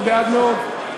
אני בעד מאוד,